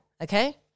okay